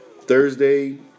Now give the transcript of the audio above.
Thursday